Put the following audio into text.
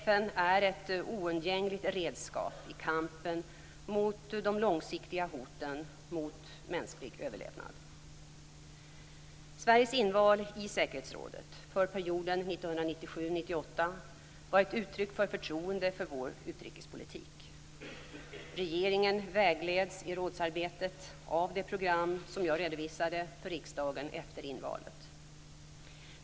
FN är ett oundgängligt redskap i kampen mot de långsiktiga hoten mot mänsklig överlevnad. 1998 var ett uttryck för förtroende för vår utrikespolitik. Regeringen vägleds i rådsarbetet av det program som jag redovisade för riksdagen efter invalet.